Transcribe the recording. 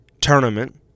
tournament